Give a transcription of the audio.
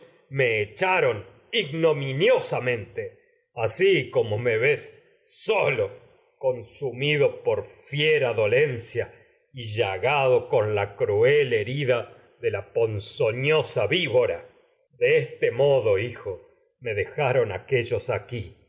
me echaron ignominiosamente por así como solo consumido fiera dolencia y llagado este con la cruel herida de la ponzoñosa víbora de me modo hijo dejaron aquéllos aquí